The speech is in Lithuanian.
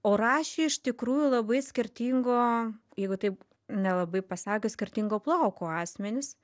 o rašė iš tikrųjų labai skirtingo jeigu taip nelabai pasakius skirtingo plauko asmenys